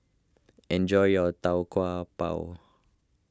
enjoy your Tau Kwa Pau